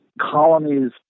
colonies